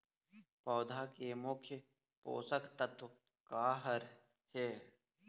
पौधा के मुख्य पोषकतत्व का हर हे?